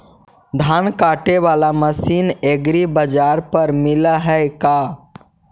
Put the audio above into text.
धान काटे बाला मशीन एग्रीबाजार पर मिल है का?